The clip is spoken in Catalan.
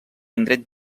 indret